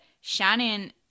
Shannon